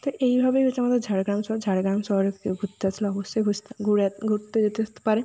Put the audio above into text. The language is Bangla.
তো এইভাবেই হচ্ছে আমাদের ঝাড়গ্রাম শহর ঝাড়গ্রাম শহরে ঘুরতে আসলে অবশ্যই ঘুরতে যেতে পারে